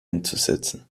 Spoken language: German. einzusetzen